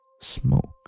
smoke